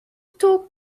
talk